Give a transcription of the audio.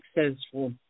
successful